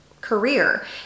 career